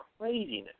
craziness